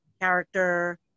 character